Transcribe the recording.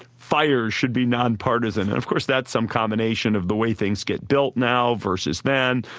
fires should be nonpartisan. and of course, that's some combination of the way things get built now versus then,